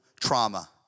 trauma